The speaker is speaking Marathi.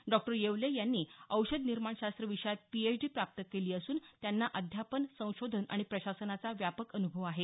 डॉ येवले यांनी औषधी निर्माणशास्त्र विषयात पीएच डी प्राप्त केली असून त्यांना अध्यापन संशोधन आणि प्रशासनाचा व्यापक अन्भव आहे